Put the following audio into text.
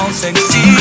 sexy